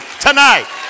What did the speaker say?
tonight